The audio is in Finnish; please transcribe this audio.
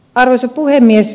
arvoisa puhemies